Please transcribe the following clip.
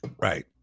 Right